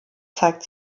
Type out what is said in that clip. zeigt